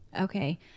Okay